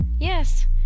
Yes